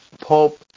Pope